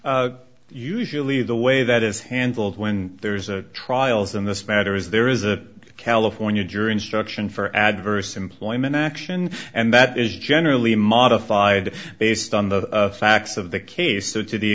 would usually the way that is handled when there's a trials in this matter is there is a california jury instruction for adverse employment action and that is generally modified based on the facts of the case so to the